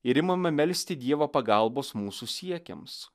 ir imame melsti dievo pagalbos mūsų siekiams